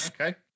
okay